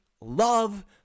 love